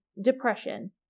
depression